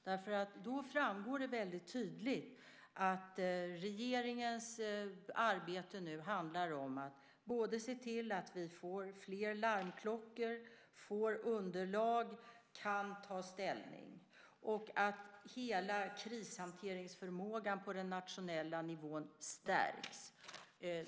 Gör han det framgår det väldigt tydligt för honom att regeringens arbete nu handlar om att se till att vi både får fler larmklockor, får underlag och kan ta ställning och att hela krishanteringsförmågan på den nationella nivån stärks.